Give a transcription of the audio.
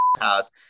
house